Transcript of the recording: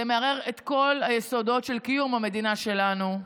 זה מערער את כל היסודות של קיום המדינה שלנו,